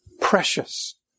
precious